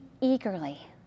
eagerly